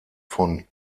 von